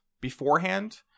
beforehand